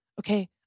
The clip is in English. Okay